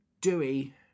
Dewey